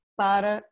para